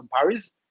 Paris